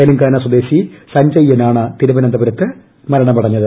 തെലങ്കാന സ്വദേശി അഞ്ജയ്യയാണ് തിരുവനന്തപുരത്ത് മരണമടഞ്ഞത്